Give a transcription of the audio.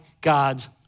God's